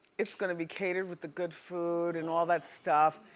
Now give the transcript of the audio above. it's gonna be catered with the good food and all that stuff.